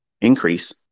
increase